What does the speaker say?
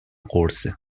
قرصه